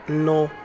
ਨੌ